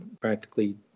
practically